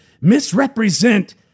misrepresent